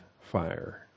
fire